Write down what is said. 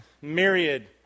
myriad